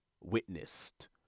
witnessed